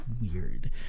weird